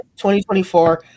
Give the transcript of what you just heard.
2024